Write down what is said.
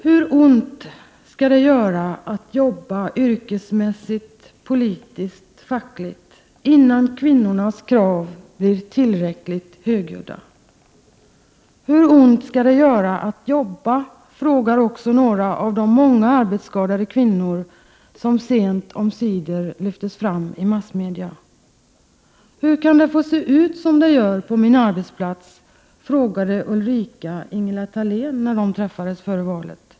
Hur ont skall det göra att jobba yrkesmässigt, politiskt, fackligt, innan kvinnornas krav blir tillräckligt högljudda? ”Hur ont ska det göra att jobba?”, frågar också några av de många arbetsskadade kvinnor som sent omsider lyfts fram i massmedia. ”Hur kan det få se ut som det gör på min arbetsplats?” frågade Ulrika Ingela Thalén när de träffades före valet.